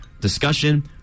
discussion